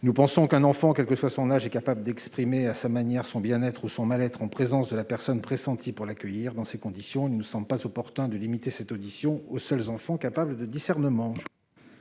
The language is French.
Nous pensons qu'un enfant, quel que soit son âge, est capable d'exprimer à sa manière son bien-être ou son mal-être en présence de la personne pressentie pour l'accueillir. Dans ces conditions, il ne nous semble pas opportun de limiter cette audition aux seuls enfants capables de discernement.